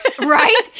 Right